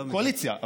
קואליציה,